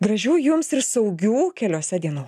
gražių jums ir saugių keliuose dienų